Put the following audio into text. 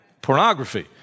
Pornography